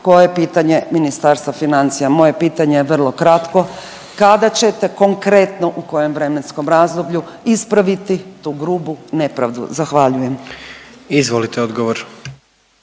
je pitanje Ministarstva financija. Moje pitanje je vrlo kratko kada ćete konkretno u kojem vremenskom razdoblju ispraviti tu grubu nepravdu. Zahvaljujem. **Jandroković,